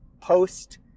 post